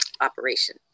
operation